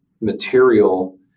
material